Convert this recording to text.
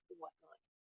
whatnot